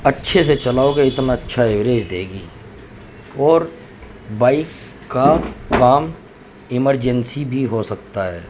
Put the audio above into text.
اچھے سے چلاؤ گے اتنا اچھا ایوریج دے گی اور بائک کا کام ایمرجنسی بھی ہو سکتا ہے